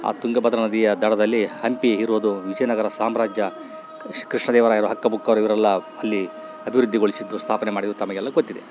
ಆ ತುಂಗಭದ್ರ ನದಿಯ ದಡದಲ್ಲಿ ಹಂಪಿ ಇರೋದು ವಿಜಯನಗರ ಸಾಮ್ರಾಜ್ಯ ಕೃಷ್ಣ ದೇವರಾಯರು ಹಕ್ಕ ಬುಕ್ಕವರು ಇವರೆಲ್ಲ ಅಲ್ಲಿ ಅಭಿವೃದ್ಧಿಗೊಳಿಸಿದ್ದು ಸ್ಥಾಪನೆ ಮಾಡಿದ್ದು ತಮಗೆಲ್ಲ ಗೊತ್ತಿದೆ